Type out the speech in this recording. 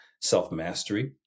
self-mastery